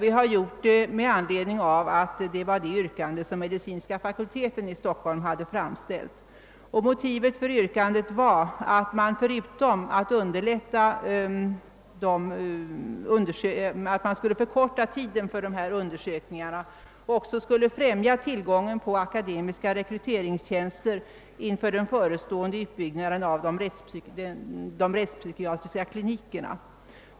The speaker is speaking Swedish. Vi har gjort det därför att det var det yr kande som medicinska fakulteten i Stockholm hade framställt. Motivet för yrkandet var förutom att förkorta tiden för dessa undersökningar också att främja tillgången på akademiska rekryteringstjänster inför den förestående utbyggnaden av de rättspsykiatriska klinikerna.